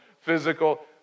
physical